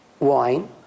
Wine